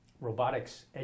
robotics